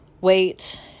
wait